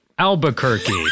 Albuquerque